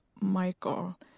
Michael